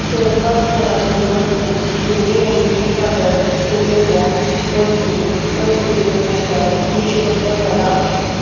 स्वयंपाकघरातील वस्तू श्रेणीमधील शिफारस केलेल्या वस्तू लोकप्रियतेनुसार सूचीबद्ध करा